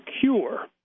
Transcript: cure